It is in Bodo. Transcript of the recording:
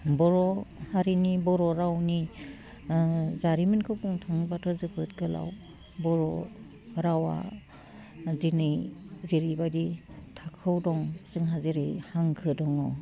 बर' हारिनि बर' रावनि जारिमिनखौ बुंनो थाङोबाथ' जोबोद गोलाव बर' रावा दिनै जेरैबायदि थाखोयाव दं जोंहा जेरै हांखो दङ